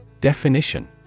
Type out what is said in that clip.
Definition